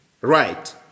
Right